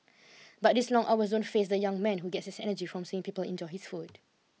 but these long hours don't faze the young man who gets his energy from seeing people enjoy his food